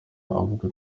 avuga